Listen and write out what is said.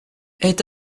est